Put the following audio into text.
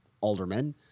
aldermen